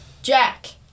Jack